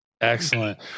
Excellent